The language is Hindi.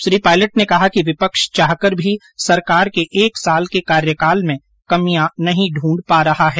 श्री पायलट ने कहा कि विपक्ष चाहकर भी सरकार के एक साल के कार्यकाल में कमियां नहीं ढूंढ पा रहा है